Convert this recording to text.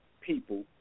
people